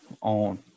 on